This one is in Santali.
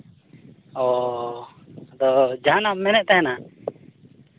ᱚᱻ ᱟᱫᱚ ᱡᱟᱦᱟᱱᱟᱜ ᱢᱮᱱᱮᱫ ᱛᱟᱦᱮᱱᱟ